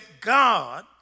God